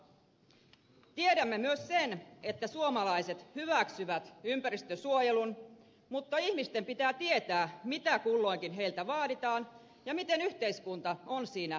tiedämme myös sen että suomalaiset hyväksyvät ympäristönsuojelun mutta ihmisten pitää tietää mitä kulloinkin heiltä vaaditaan ja miten yhteiskunta on siinä mukana